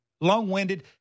long-winded